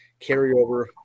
carryover